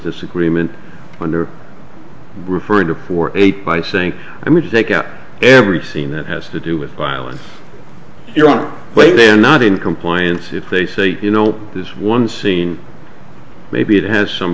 this agreement under referring to poor eight by saying i'm going to take out every scene that has to do with violence your way they're not in compliance if they say you know this one scene maybe it has some